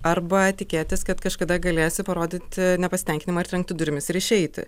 arba tikėtis kad kažkada galėsi parodyti nepasitenkinimą ar trenkti durimis ir išeiti